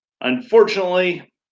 Unfortunately